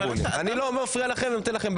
אני לא מפריע לכם, נכון?